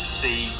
see